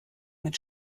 mit